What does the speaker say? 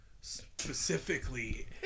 specifically